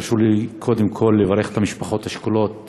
תרשו לי קודם כול לברך את המשפחות השכולות